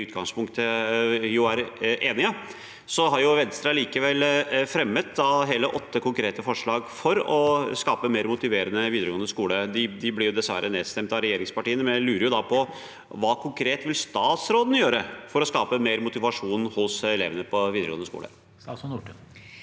utgangspunktet er enige. Venstre har likevel fremmet hele åtte konkrete forslag for å skape en mer motiverende videregående skole. De blir dessverre nedstemt av regjeringspartiene, men jeg lurer på hva statsråden konkret vil gjøre for å skape mer motivasjon hos elevene på videregående skole. Statsråd Kari